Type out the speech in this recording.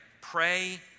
Pray